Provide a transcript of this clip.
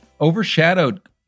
overshadowed